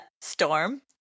Storm